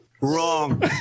Wrong